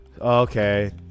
Okay